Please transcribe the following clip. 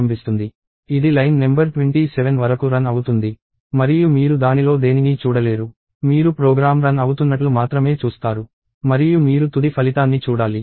ఇది line number 27 వరకు run అవుతుంది మరియు మీరు దానిలో దేనినీ చూడలేరు మీరు ప్రోగ్రామ్ రన్ అవుతున్నట్లు మాత్రమే చూస్తారు మరియు మీరు తుది ఫలితాన్ని చూడాలి